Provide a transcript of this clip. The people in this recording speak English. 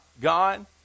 God